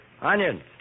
Onions